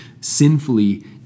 sinfully